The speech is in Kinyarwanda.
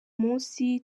munsi